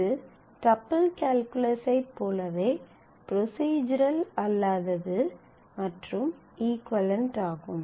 இது டப்பிள் கால்குலஸைப் போலவே ப்ரொஸிஸ்ரல் அல்லாதது மற்றும் இகுவளென்ட் ஆகும்